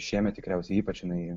šiemet tikriausiai ypač jinai